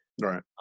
Right